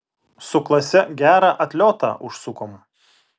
su klase gerą atliotą užsukom